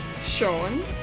Sean